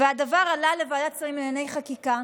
והדבר עלה לוועדת שרים לענייני חקיקה,